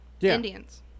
Indians